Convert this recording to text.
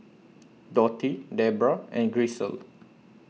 Dotty Debra and Grisel